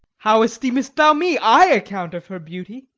how esteem'st thou me? i account of her beauty.